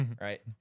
Right